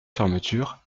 fermeture